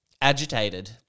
agitated